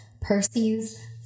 Percy's